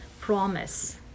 promise